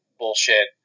bullshit